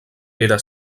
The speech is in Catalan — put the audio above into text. era